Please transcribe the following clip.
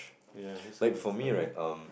ya miss class and study